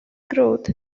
growth